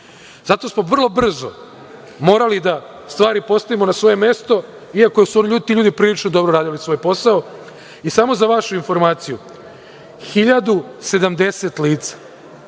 zato smo vrlo brzo morali da stvari postavimo na svoje mesto, iako su ljudi prilično dobro radili svoj posao. Samo za vašu informaciju 1070 lica